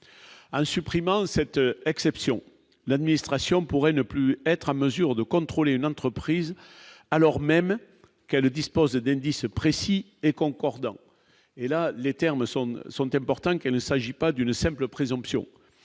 en supprimant cette exception l'administration pourrait ne plus être mesure de contrôler l'entreprise, alors même qu'elle disposait d'indices précis et concordants et là, les termes sont sont importants, qu'il ne s'agit pas d'une simple présomption